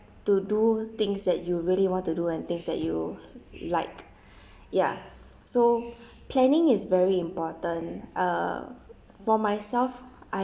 to do things that you really want to do and things that you like ya so planning is very important uh for myself I